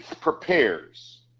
prepares